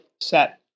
set